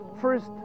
first